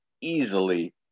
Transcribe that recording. easily